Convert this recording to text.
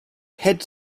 head